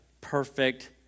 Perfect